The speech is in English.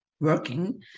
working